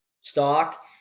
stock